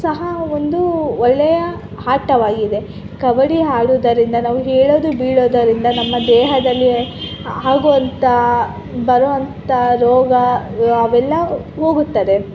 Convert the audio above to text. ಸಹ ಒಂದು ಒಳ್ಳೆಯ ಆಟವಾಗಿದೆ ಕಬಡ್ಡಿ ಆಡುವುದರಿಂದ ನಾವು ಹೇಳೋದು ಬೀಳೋದರಿಂದ ನಮ್ಮ ದೇಹದಲ್ಲಿ ಆಗುವಂಥ ಬರುವಂಥ ರೋಗ ಅವೆಲ್ಲ ಹೋಗುತ್ತದೆ